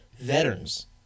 veterans